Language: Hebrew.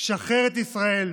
שחרר את ישראל,